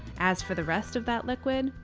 as for the rest of that liquid?